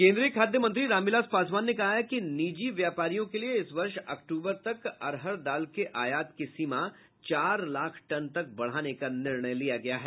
केन्द्रीय खाद्य मंत्री रामविलास पासवान ने कहा है कि निजी व्यापारियों के लिए इस वर्ष अक्टूबर तक अरहर दाल के आयात की सीमा चार लाख टन तक बढ़ाने का निर्णय लिया गया है